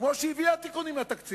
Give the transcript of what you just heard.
כמו שהיא הביאה עוד תיקונים לתקציב.